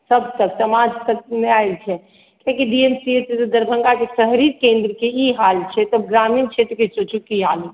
सभ तक समाज तक नहि आइत छै कियाकि डी एम सी एच दरभङ्गाके शहरी केन्द्रके ई हाल छै तऽ ग्रामीण क्षेत्रके सोचू की हाल हेतै